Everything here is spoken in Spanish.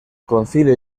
concilio